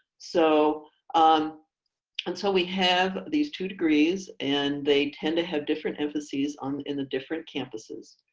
so um and so we have these two degrees and they tend to have different emphases um in the different campuses.